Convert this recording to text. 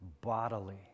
bodily